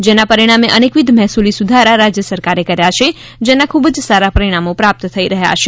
જેના પરીણામે અનેકવિધ મહેસૂલી સુધારા રાજ્ય સરકારે કર્યા છે જેના ખુબ જ સારા પરીણામો પ્રાપ્ત થઈ રહ્યાં છે